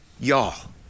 Y'all